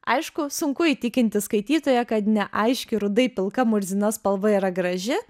aišku sunku įtikinti skaitytoją kad neaiški rudai pilka murzina spalva yra graži